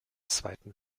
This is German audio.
zweiten